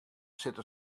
sitte